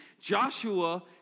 Joshua